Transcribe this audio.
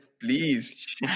please